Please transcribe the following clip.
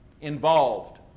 involved